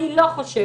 אני לא חושבת,